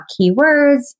keywords